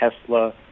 Tesla